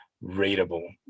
readable